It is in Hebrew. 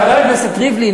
חבר הכנסת ריבלין,